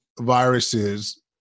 viruses